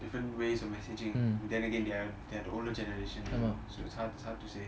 different ways of messaging then again they are they are the older generation so it's hard it's hard to say